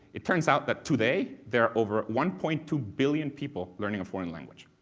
it turns out that, today, there are over one point two billion people learning a foreign language.